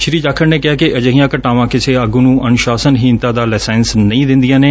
ਸ੍ਰੀ ਜਾਖੜ ਨੇ ਕਿਹਾ ਕਿ ਅਜਿਹੀ ਘਟਨਾਵਾਂ ਕਿਸੇ ਆਗੁ ਨੂੰ ਅਨੁਸ਼ਾਸਨਹੀਣਤਾ ਦਾ ਲਾਇਸੈਂਸ ਨਹੀਂ ਦੇ ਦਿੰਦਿਆਂ ਨੇ